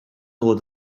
oedd